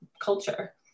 culture